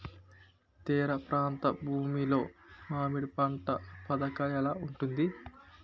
తీర ప్రాంత భూమి లో మామిడి పంట పథకాల ఎలా ఉంటుంది?